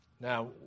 Now